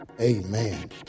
Amen